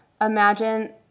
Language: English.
imagine